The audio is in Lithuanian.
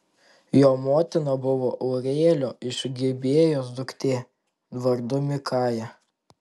jo motina buvo ūrielio iš gibėjos duktė vardu mikaja